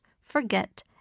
forget